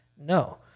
No